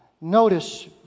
notice